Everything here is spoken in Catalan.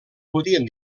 podien